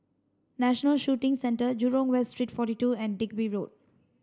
National Shooting Centre Jurong West Street forty two and Digby Road